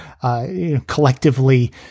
Collectively